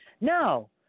No